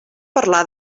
parlar